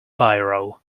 biro